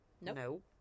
no